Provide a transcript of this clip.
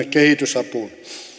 kehitysapuun